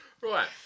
Right